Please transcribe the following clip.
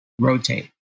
rotate